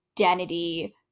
identity